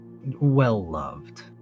well-loved